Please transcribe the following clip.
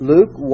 Luke